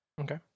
Okay